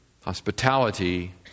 Hospitality